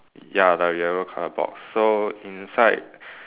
ya the yellow box so inside